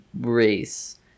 race